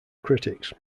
critics